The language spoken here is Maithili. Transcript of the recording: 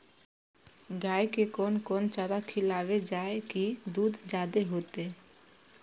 गाय के कोन कोन चारा खिलाबे जा की दूध जादे होते?